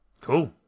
Cool